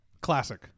classic